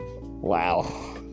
Wow